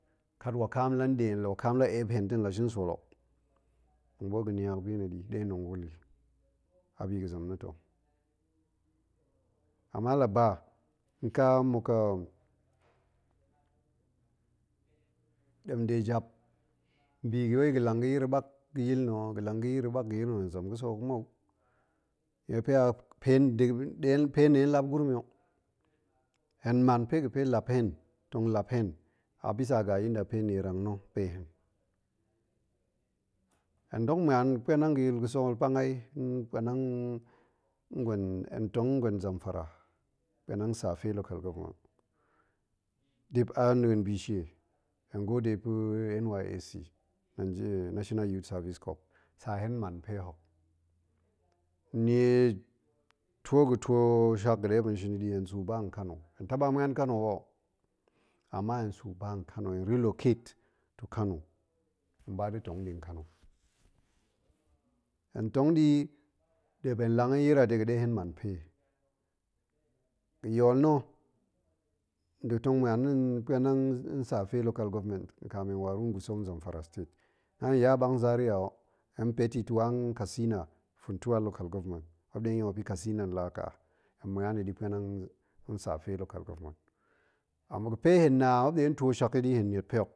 Kat wakam la nɗe, wakam la ep hen ta̱ la shin sool o. tong ɓoot ga̱ niak bi na̱ ni ɗe tong wul i, abi ga̱ zem na̱ ta̱, ama la ba nka muk ɗemde jap bi ga̱ fe ga̱ lang ga̱ yir aɓk ga̱yil na̱ ho, ga̱ lang ga̱ yir ɓak ga̱ yir na̱ o hen zem ga̱ sek hok muo, nie pe pe nɗe lap gurum i o. hen man pe ga̱ pe lap hen, tong lap hen, abisa da̱ inda pe nierang na̱ pen. hen dok na̱an pa̱anan ga̱ yil sol pang ai, hen tong nzamfara, pa̱anan safe local government, dip an ɗin bishie, hen gode pa̱ nysc, national youth service corp, sa hen man pe hok. nie two ga̱ two shak ga̱ ɗe muop i shin i ɗi. hen suu i ba nkano, hen taɓa ma̱an nkano ba ho, ama hen suu ba nkano, hen relocate to kano. hen ba da̱ tong ɗi nkano. hen tong ɗi dip hen lang tong yir i a de ɗe hen man pe i, ga̱ yool na̱, ga̱ tong ma̱an na̱ pa̱anang nsafe local goverment kanin hen waruu ngusau, zamfara state, na hen ya a ɓak nzaria ho, hen pet i wa nkatsina, funtuwa local government, muop ɗe yong i wai funtuwan laka, hen ma̱an i ɗi pa̱anang safe local government. hen na muop nɗe two shak i hen niet pe.